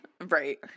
Right